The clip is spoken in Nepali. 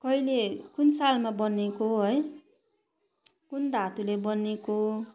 कहिले कुन सालमा बनिएको है कुन धातुले बनिएको